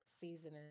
Seasoning